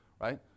Right